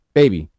baby